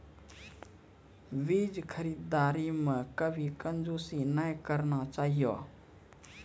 बीज खरीददारी मॅ कभी कंजूसी नाय करना चाहियो